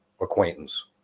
acquaintance